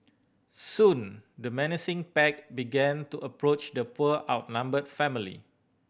soon the menacing pack began to approach the poor outnumbered family